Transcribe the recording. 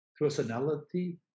personality